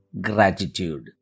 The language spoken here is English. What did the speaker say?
gratitude